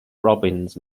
robbins